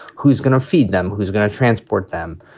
who's going to feed them? who's going to transport them?